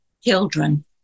children